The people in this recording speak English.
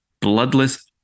bloodless